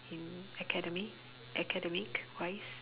in academy academic wise